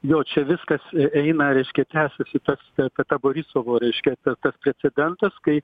jo čia viskas eina reiškia trešasi tarps per tą gorisovo reiškia per tas precedentas kai